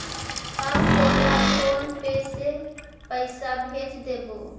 हम तोरा PhonePe से पईसा भेज देबो